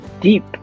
Deep